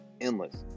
endless